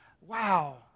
wow